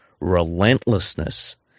relentlessness